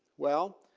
well